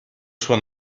sua